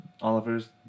oliver's